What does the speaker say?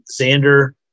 Xander